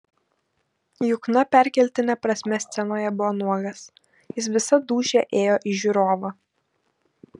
jukna perkeltine prasme scenoje buvo nuogas jis visa dūšia ėjo į žiūrovą